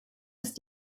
ist